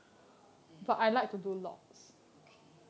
mm okay